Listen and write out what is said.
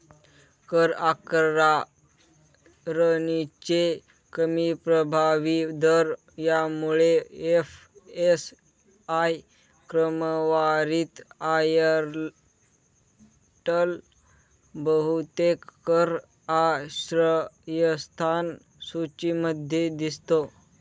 कर आकारणीचे कमी प्रभावी दर यामुळे एफ.एस.आय क्रमवारीत आयर्लंड बहुतेक कर आश्रयस्थान सूचीमध्ये दिसतो